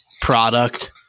product